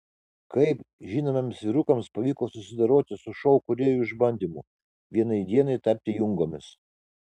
kaip žinomiems vyrukams pavyko susidoroti su šou kūrėjų išbandymu vienai dienai tapti jungomis